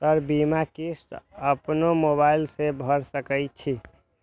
Sir बीमा किस्त अपनो मोबाईल से भर सके छी?